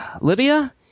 Libya